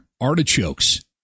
Artichokes